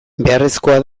beharrezkoa